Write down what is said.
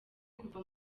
kuva